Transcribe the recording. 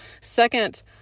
Second